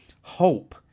hope